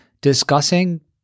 discussing